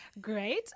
Great